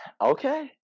Okay